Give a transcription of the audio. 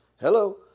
Hello